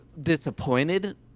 disappointed